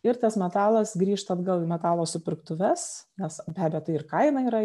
ir tas metalas grįžta atgal į metalo supirktuves nes be abejo tai ir kaina yra